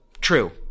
True